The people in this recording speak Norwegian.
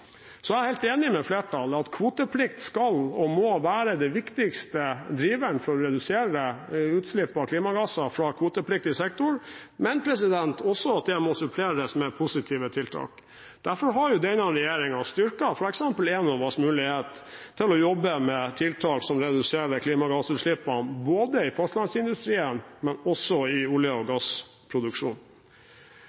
er helt enig med flertallet i at kvoteplikt skal og må være det viktigste drivet for å redusere utslipp av klimagasser fra kvotepliktig sektor, men det må suppleres med positive tiltak. Derfor har denne regjeringen styrket f.eks. Enovas mulighet til å jobbe med tiltak som reduserer klimagassutslippene, både i fastlandsindustrien og i olje- og